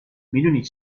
میدونی